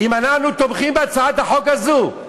אם אנחנו תומכים בהצעת החוק הזאת,